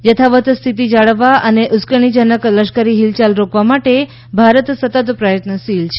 યથાવત સ્થિતિ જાળવવા અને ઉશ્કેરણીજનક લશ્કરી હિલચાલ રોકવા માટે ભારત સતત પ્રયત્નશીલ છે